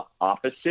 opposite